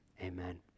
Amen